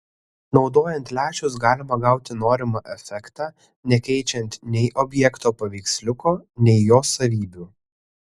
naudojant lęšius galima gauti norimą efektą nekeičiant nei objekto paveiksliuko nei jo savybių